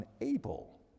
unable